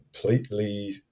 completely